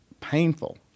painful